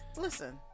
listen